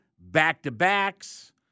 back-to-backs